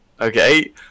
Okay